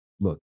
look